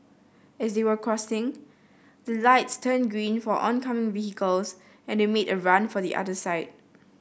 as they were crossing the lights turned green for oncoming vehicles and they made a run for the other side